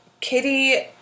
Kitty